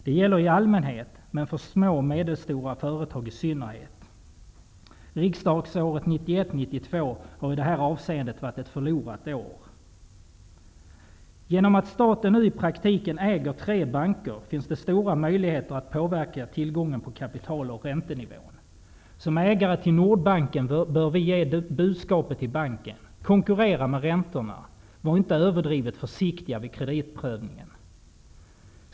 Det gäller i allmänhet, men i synnerhet för små och medelstora företag. Riksdagsåret 1991/92 har i detta avseende varit ett förlorat år. Genom att staten nu i praktiken äger tre banker finns det stora möjligheter att påverka räntenivån och tillgången på kapital. Som ägare till Nordbanken bör vi ge budskapet till banken: Konkurrera med räntorna! Var inte överdrivet försiktig vid kreditprövning!